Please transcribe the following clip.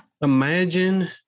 Imagine